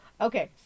Okay